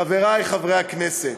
חברי חברי הכנסת,